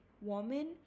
woman